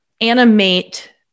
animate